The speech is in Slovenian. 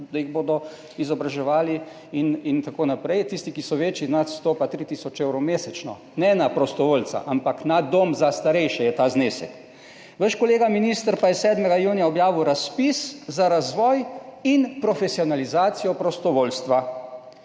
da jih bodo izobraževali in tako naprej. Tisti, ki so večji, nad 100, pa tri tisoč evrov mesečno, ne na prostovoljca, ampak ta znesek je na dom za starejše. Vaš kolega minister pa je 7. junija objavil razpis za razvoj in profesionalizacijo prostovoljstva,